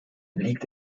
liegt